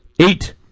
Eight